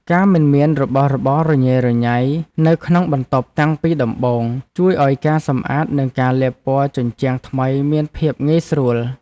ការមិនមានរបស់របររញ៉េរញ៉ៃនៅក្នុងបន្ទប់តាំងពីដំបូងជួយឱ្យការសម្អាតនិងការលាបពណ៌ជញ្ជាំងថ្មីមានភាពងាយស្រួល។